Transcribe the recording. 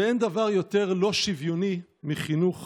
ואין דבר יותר לא שוויוני מחינוך